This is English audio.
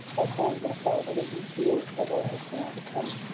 i find my father let me feel that i have found! come,